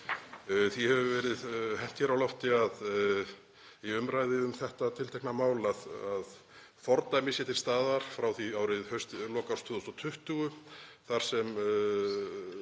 Því hefur verið hent á lofti í umræðu um þetta tiltekna mál að fordæmi sé til staðar frá því í lok árs 2020 þar sem